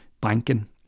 banking